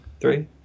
three